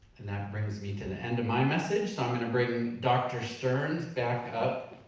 and that brings me to the end of my message, so i'm gonna bring um dr. stearns back up.